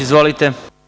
Izvolite.